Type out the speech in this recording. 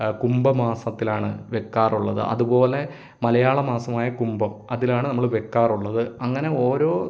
കുംഭമാസത്തിലാണ് വയ്ക്കാറുള്ളത് അതുപോലെ മലയാള മാസമായ കുംഭം അതിലാണ് നമ്മൾ വയ്ക്കാറുള്ളത് അങ്ങനെ ഓരോ